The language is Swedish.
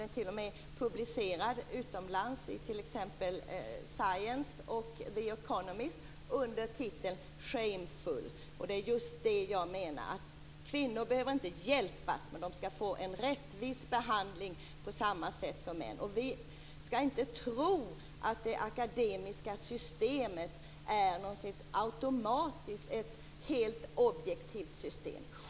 Den är t.o.m. publicerad utomlands, t.ex. i Science och The Economist under titeln Shamefull. Kvinnor behöver inte hjälpas, med de skall ha en rättvis behandling på samma sätt som män. Vi skall inte tro att det akademiska systemet automatiskt är något helt objektivt system.